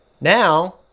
now